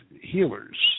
healers